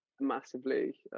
massively